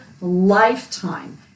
lifetime